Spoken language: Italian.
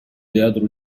teatro